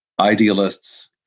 idealists